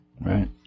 Right